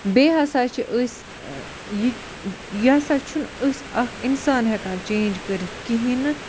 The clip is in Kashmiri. بیٚیہِ ہسا چھِ أسۍ یہِ یہِ ہسا چھُنہٕ أسۍ اَکھ اِنسان ہٮ۪کان چینٛج کٔرِتھ کِہیٖنۍ نہٕ